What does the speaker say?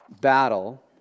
battle